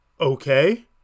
Okay